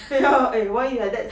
ya eh why you're like that